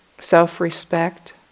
self-respect